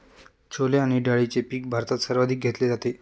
छोले आणि डाळीचे पीक भारतात सर्वाधिक घेतले जाते